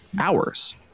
hours